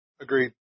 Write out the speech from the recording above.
Agreed